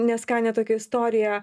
neskanią tokią istoriją